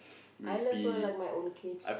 I love her like my own kids